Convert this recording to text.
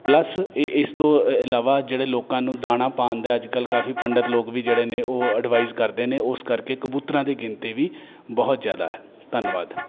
plus ਇਸ ਤੋਂ ਇ ਇਲਾਵਾ ਜਿਹੜੇ ਲੋਕਾਂ ਨੂੰ ਦਾਣਾ ਪਾਣ ਦਾ ਅੱਜ ਕੱਲ੍ਹ ਕਾਫ਼ੀ ਪੰਡਿਤ ਲੋਕ ਵੀ ਜਿਹੜੇ ਨੇ ਉਹ ਐਡਵਾਈਜ ਕਰਦੇ ਨੇ ਉਸ ਕਰਕੇ ਕਬੂਤਰਾਂ ਦੀ ਗਿਣਤੀ ਵੀ ਬਹੁਤ ਜ਼ਿਆਦਾ ਹੈ ਧੰਨਵਾਦ